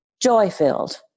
joy-filled